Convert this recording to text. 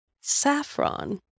Saffron